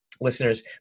listeners